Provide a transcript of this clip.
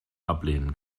ablehnen